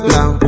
Now